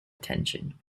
attention